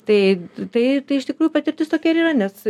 tai tai iš tikrųjų patirtis tokia ir yra nes